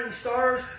stars